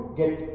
get